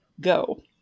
go